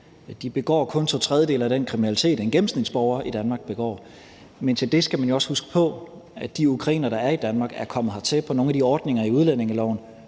De begår kun to tredjedele af den kriminalitet, en gennemsnitsborger i Danmark begår. Men der skal man jo også huske på, at de ukrainerne, der er i Danmark, er kommet hertil på nogle af de ordninger i udlændingeloven,